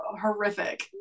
horrific